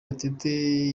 gatete